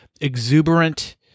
exuberant